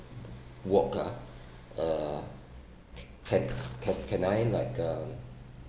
walk ah uh can can I like uh